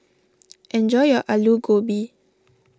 enjoy your Aloo Gobi